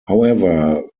however